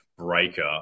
breaker